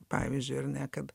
pavyzdžiui ar ne kad